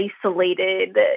isolated